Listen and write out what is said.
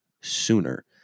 sooner